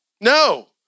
No